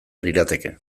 lirateke